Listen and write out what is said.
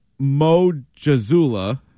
MoJazula